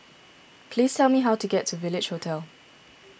please tell me how to get to Village Hotel